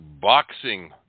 Boxing